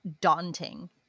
daunting